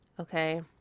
Okay